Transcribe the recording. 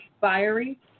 fiery